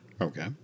Okay